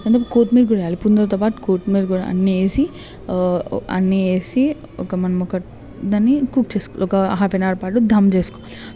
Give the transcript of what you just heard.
అందులో కొత్తిమీర కూడా వేయాలి పుదీనాతో పాటు కొత్తిమీర కూడా అన్ని వేసి అన్నీ వేసి ఒక మనం ఒక దాన్ని కుక్ ఒక హాఫ్ అన్ అవర్ పాటు దమ్ చేసుకోవాలి